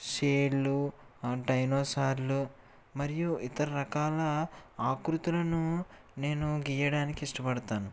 షేర్లు డైనోసర్లు మరియు ఇతర రకాల ఆకృతులను నేను గీయడానికి ఇష్టపడతాను